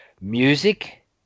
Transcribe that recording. music